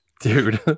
Dude